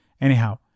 Anyhow